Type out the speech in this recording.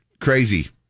crazy